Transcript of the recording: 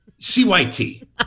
CYT